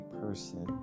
person